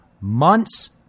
months